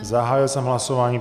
Zahájil jsem hlasování.